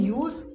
use